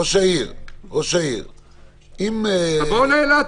ראש העיר --- תבואו לאילת,